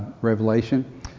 Revelation